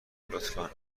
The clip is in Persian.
لطفا